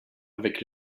avec